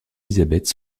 élisabeth